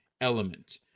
element